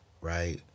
right